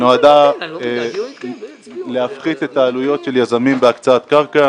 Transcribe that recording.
שנועדה להפחית אתה עלויות של יזמים בהקצאת קרקע.